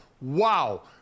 wow